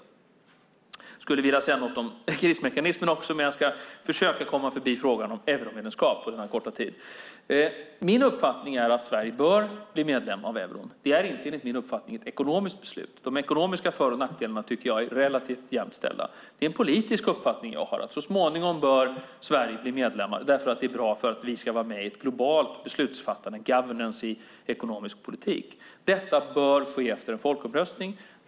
Jag skulle vilja säga något även om krismekanismerna, men jag ska försöka komma förbi frågan om euromedlemskap på den korta tiden. Min uppfattning är att Sverige bör bli medlem av euron. Det är inte enligt min uppfattning ett ekonomiskt beslut, för de ekonomiska för och nackdelarna tycker jag är relativt jämställda, utan det är en politisk uppfattning jag har att Sverige så småningom bör bli medlem. Vi ska vara med i ett globalt beslutsfattande, governance, i ekonomisk politik. Detta bör ske efter en folkomröstning.